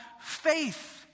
faith